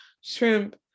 shrimp